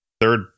third